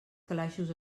calaixos